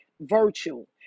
virtual